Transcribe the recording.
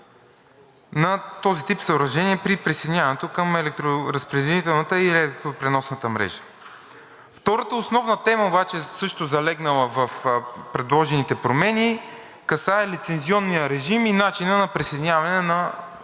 на този тип съоръжения при присъединяването към електроразпределителната и електропреносната мрежа. Втората основна тема обаче, също залегнала в предложените промени, касае лицензионния режим и начина на присъединяване на